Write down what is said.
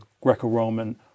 Greco-Roman